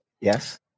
Yes